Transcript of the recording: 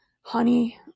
honey